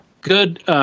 Good